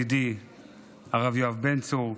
ידידי הרב יואב בן צור,